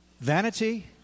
Vanity